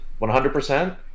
100